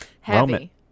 Heavy